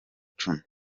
cumi